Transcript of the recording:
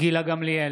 גילה גמליאל,